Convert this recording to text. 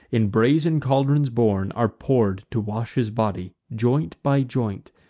in brazen caldrons borne, are pour'd to wash his body, joint by joint,